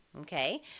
Okay